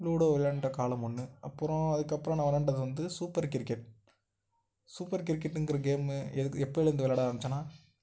ludo விளாண்ட காலம் ஒன்று அப்புறம் அதுக்கப்புறம் நான் விளாண்டது வந்து சூப்பர் கிரிக்கெட் சூப்பர் கிரிக்கெட்டுங்கிற கேமு எதுக் எப்போலேந்து விளாட ஆரம்பிச்சேன்னா